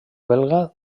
belga